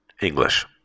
English